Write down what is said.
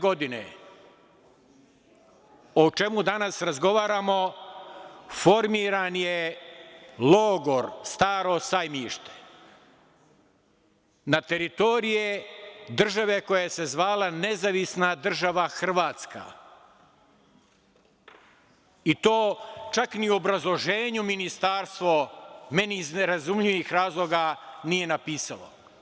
Godine 1941, o čemu danas razgovaramo, formiran je logor Staro sajmište na teritoriji države koja se zvala Nezavisna Država Hrvatska, i to čak ni u obrazloženju ministarstvo, meni iz nerazumljivih razloga, nije napisalo.